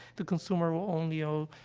the consumer will only own, ah,